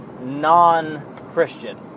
non-Christian